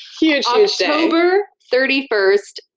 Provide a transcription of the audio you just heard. huge, huge day. october thirty first,